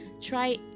try